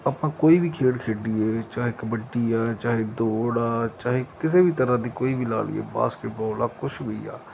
ਆਪਾਂ ਕੋਈ ਵੀ ਖੇਡ ਖੇਡੀਏ ਚਾਹੇ ਕਬੱਡੀ ਆ ਚਾਹੇ ਦੌੜ ਆ ਚਾਹੇ ਕਿਸੇ ਵੀ ਤਰ੍ਹਾਂ ਦੀ ਕੋਈ ਵੀ ਲਾ ਲਈਏ ਬਾਸਕਿਟਬੋਲ ਆ ਕੁਛ ਵੀ ਆ